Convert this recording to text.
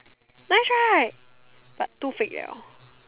nice right but too fake liao